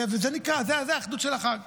וזה האחדות של החג.